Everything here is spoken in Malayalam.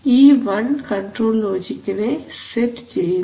ഈ 1 കൺട്രോൾ ലോജിക്കിനെ സെറ്റ് ചെയ്യുന്നു